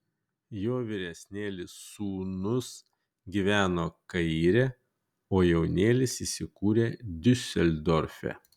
jo vyresnėlis sūnus gyveno kaire o jaunėlis įsikūrė diuseldorfe